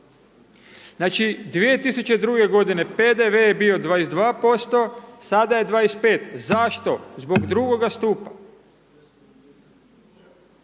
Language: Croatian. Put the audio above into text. znači 2002. godine PDV je bio 22% sada je 25, zašto? Zbog drugoga stupa.